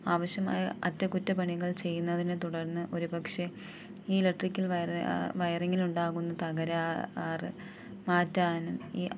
ആവശ്യമായ അറ്റകുറ്റപണികൾ ചെയ്യുന്നതിനെത്തുടർന്ന് ഒരുപക്ഷെ ഈ ഇലക്ട്രിക്കൽ വയർ വയറിങ്ങിലുണ്ടാകുന്ന തകരാറ് മാറ്റാനും ഈ